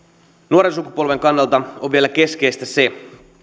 nuoren sukupolven kannalta on vielä keskeistä se niin kuin